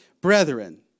brethren